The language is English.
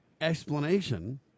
explanation